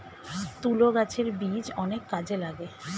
তুলো গাছের বীজ অনেক কাজে লাগে